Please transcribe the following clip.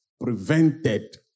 Prevented